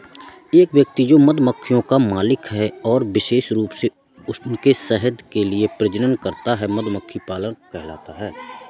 एक व्यक्ति जो मधुमक्खियों का मालिक है और विशेष रूप से उनके शहद के लिए प्रजनन करता है, मधुमक्खी पालक कहलाता है